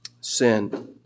sin